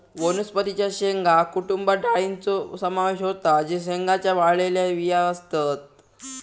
वनस्पतीं च्या शेंगा कुटुंबात डाळींचो समावेश होता जे शेंगांच्या वाळलेल्या बिया असतत